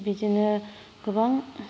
बिदिनो गोबां